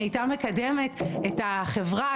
היא הייתה מקדמת את החברה,